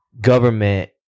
government